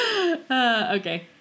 Okay